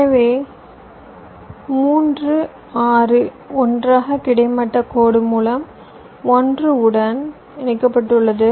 எனவே 3 6 ஒன்றாக கிடைமட்ட கோடு மூலம் 1 உடன் இணைக்கப்பட்டுள்ளது